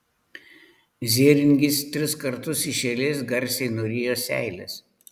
zėringis tris kartus iš eilės garsiai nurijo seiles